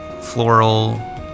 floral